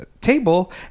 table